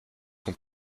sont